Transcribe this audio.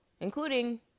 including